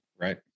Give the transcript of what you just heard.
Right